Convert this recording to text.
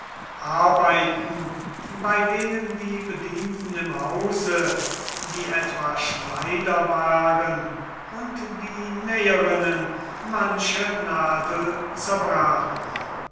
arbeiten bei denen die bedienten im hause die etwa schneider waren und die nähterinnen manche nadel zerbrachen